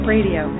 Radio